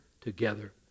together